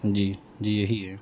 جی جی یہی ہے